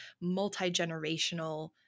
multi-generational